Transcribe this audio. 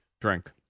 Drink